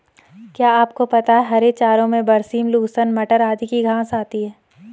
क्या आपको पता है हरे चारों में बरसीम, लूसर्न, मटर आदि की घांस आती है?